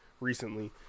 recently